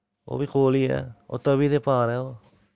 ओह् बी कोल ही ऐ ओह् तवी दे पार ऐ ओह्